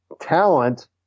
talent